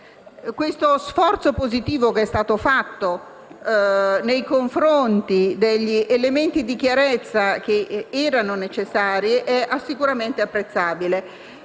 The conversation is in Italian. Lo sforzo positivo profuso nei confronti degli elementi di chiarezza che erano necessari è sicuramente apprezzabile.